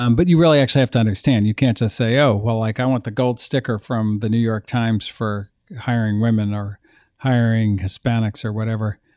um but you really actually have to understand. you can't just say, oh, well like i want the gold sticker from the new york times for hiring women, or hiring hispanics or whatever.